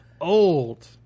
Old